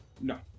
No